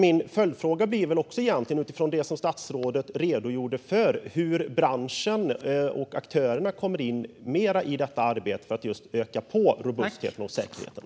Min följdfråga blir, utifrån det som statsrådet redogjorde för, hur branschen och aktörerna kommer in mer i detta arbete för att öka robustheten och säkerheten.